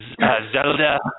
Zelda